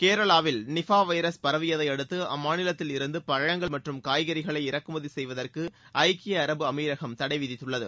கேரளாவில் நிபா வைரஸ் பரவியதையடுத்து அம்மாநிலத்தில் இருந்து பழங்கள் மற்றும் காய்கறிகளை இறக்குமதி செய்வதற்கு ஐக்கிய அரபு எமிரேட் தடைவிதித்துள்ளது